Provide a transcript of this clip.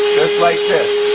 like this.